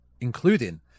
including